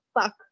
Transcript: fuck